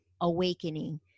awakening